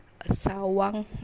sawang